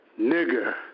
Nigger